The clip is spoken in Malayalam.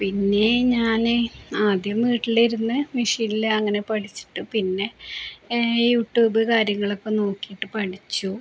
പിന്നെ ഞാന് ആദ്യം വീട്ടിലിരുന്ന് മെഷീനില് അങ്ങനെ പഠിച്ചിട്ട് പിന്നെ യൂ ട്യൂബ് കാര്യങ്ങളൊക്കെ നോക്കിയിട്ടു പഠിച്ചു